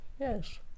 Yes